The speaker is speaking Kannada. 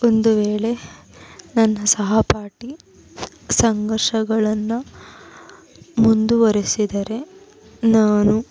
ಒಂದು ವೇಳೆ ನನ್ನ ಸಹಪಾಠಿ ಸಂಘರ್ಷಗಳನ್ನು ಮುಂದುವರೆಸಿದರೆ ನಾನು